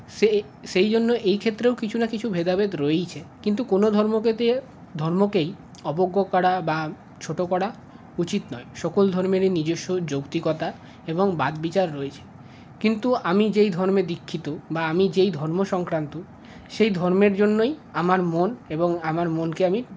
সেই সেই জন্য এই ক্ষেত্রেও কিছু না কিছু ভেদাভেদ রয়েছে কিন্তু কোন ধর্ম থেকেই ধর্মকেই অবজ্ঞ করা বা ছোট করা উচিত নয় সকল ধর্মেরই নিজস্ব যুক্তিকতা এবং বাদবিচার রয়েছে কিন্তু আমি যেই ধর্মের দীক্ষিত বা আমি যেই ধর্ম সংক্রান্ত সেই ধর্মের জন্যই আমার মন এবং আমার মনকে আমি